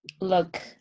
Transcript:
look